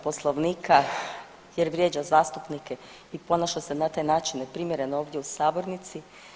Poslovnika jer vrijeđa zastupnike i ponaša se na taj način neprimjereno ovdje u sabornici.